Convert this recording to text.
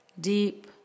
deep